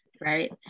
right